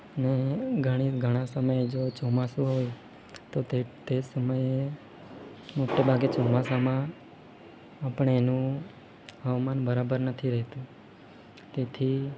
ને ઘણી ઘણા સમય જો ચોમાસું હોય તો તે તે સમયે મોટે ભાગે ચોમાસામાં આપણે અહીંનું હવામાન બરાબર નથી રહેતું તેથી